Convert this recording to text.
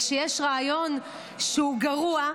כשיש רעיון שהוא גרוע,